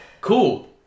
cool